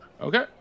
Okay